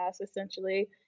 essentially